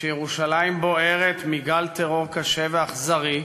כשירושלים בוערת מגל טרור קשה ואכזרי,